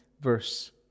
verse